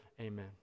Amen